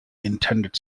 intended